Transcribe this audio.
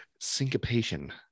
syncopation